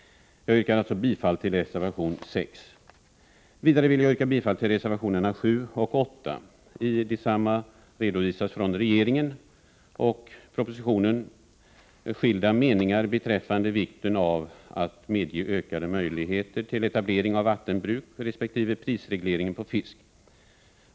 Jag yrkar alltså bifall till reservation 6. Vidare vill jag yrka bifall till reservationerna 7 och 8. Reservanterna har från regeringen skilda meningar beträffande vikten av att medge ökade möjligheter till etablering av vattenbruk resp. prisregleringen på fisk.